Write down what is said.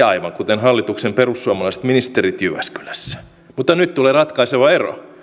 aivan kuten hallituksen perussuomalaiset ministerit jyväskylässä mutta nyt tulee ratkaiseva ero